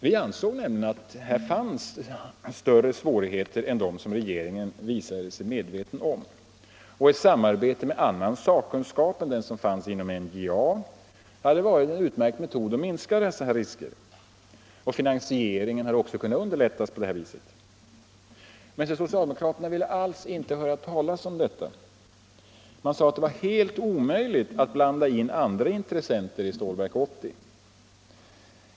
Vi ansåg nämligen att svårigheterna var större än regeringen tycktes medveten om. Ett samarbete med annan sakkunskap än den som fanns inom NJA hade varit en utmärkt metod att minska dessa risker. Finansieringen hade också på detta sätt kunnat underlättas. Men socialdemokraterna ville inte alls höra talas om något sådant. De sade att det var helt omöjligt att blanda in andra intressenter i Stålverk 80.